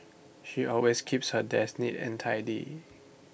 she always keeps her desk neat and tidy